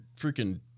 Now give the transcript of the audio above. freaking